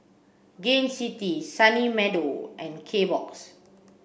Gain City Sunny Meadow and Kbox